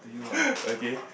okay